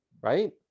right